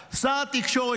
שר התקשורת קרעי,